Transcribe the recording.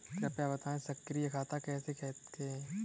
कृपया बताएँ सक्रिय खाता किसे कहते हैं?